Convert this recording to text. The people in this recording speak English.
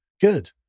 good